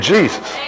Jesus